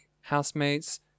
housemates